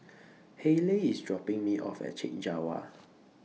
Hayleigh IS dropping Me off At Chek Jawa